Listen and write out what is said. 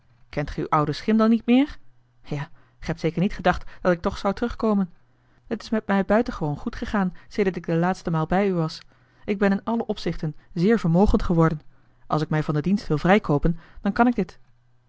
kent ge uw ouden schim dan niet meer ja ge hebt zeker niet gedacht dat ik toch zou terugkomen het is met mij buitengewoon goed gegaan sedert ik de laatste maal bij u was ik ben in alle opzichten zeer vermogend geworden als ik mij van den dienst wil vrijkoopen dan kan ik dit